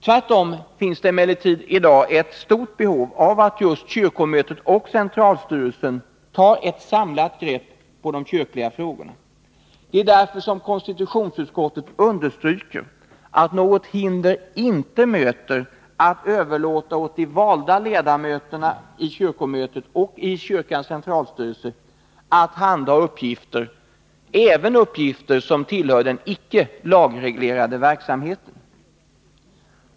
Det finns emellertid i dag tvärtom ett stort behov av att just kyrkomötet och centralstyrelsen tar ett samlat grepp över de kyrkliga frågorna. Det är därför konstitutionsutskottet understryker att något hinder inte möter att överlåta åt de valda ledamöterna i kyrkomötet och i svenska kyrkans centralstyrelse att handha även sådana uppgifter som tillhör den icke lagreglerade verksamheten.